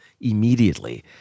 immediately